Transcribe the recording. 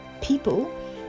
people